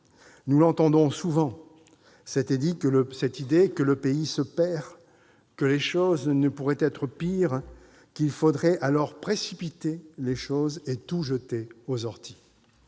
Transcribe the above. Nous l'entendons souvent, cette idée que le pays se perd, que la situation ne pourrait être pire, qu'il faudrait alors précipiter les choses et tout jeter aux orties.